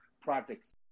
projects